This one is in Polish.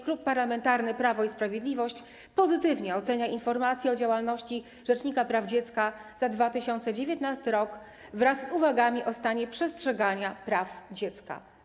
Klub Parlamentarny Prawo i Sprawiedliwość pozytywnie ocenia informację o działalności rzecznika praw dziecka za 2019 r. wraz z uwagami o stanie przestrzegania praw dziecka.